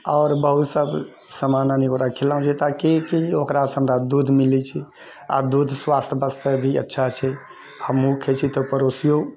आओर बहुत सब सामान लानि ओकरा खिलानो छै ताकि ओकरासँ हमरा दूध मिलै छै आओर दूध स्वास्थ्य वास्ते भी अच्छा छै हमहूँ खाइ छी तऽ पड़ोसियो